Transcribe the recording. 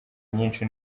nyinshi